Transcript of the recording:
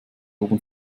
oben